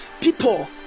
people